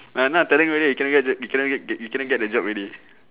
but now telling you whether you cannot get you cannot get you cannot get the job already